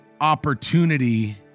opportunity